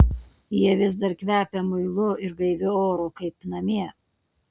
jie vis dar kvepia muilu ir gaiviu oru kaip namie